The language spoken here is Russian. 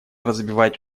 развивать